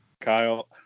kyle